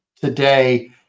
today